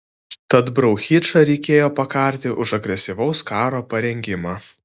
tad brauchičą reikėjo pakarti už agresyvaus karo parengimą